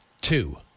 two